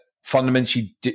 fundamentally